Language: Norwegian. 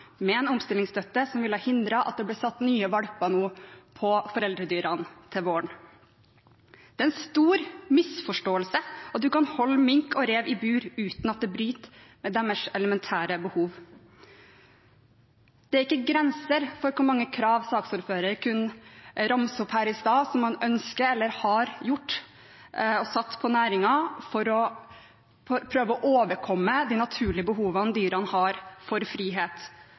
med en omstillingsstøtte, som ville hindre at det ble satt nye valper på foreldredyrene til våren. Det er en stor misforståelse at man kan holde mink og rev i bur uten at det bryter med deres elementære behov. Det er ikke grenser for hvor mange krav saksordføreren kunne ramse opp her i sted, som man ønsker å stille eller har stilt til næringen for å prøve å overkomme de naturlige behovene dyrene har for frihet.